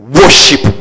worship